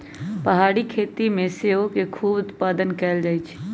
पहारी खेती में सेओ के खूब उत्पादन कएल जाइ छइ